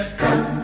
come